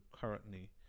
currently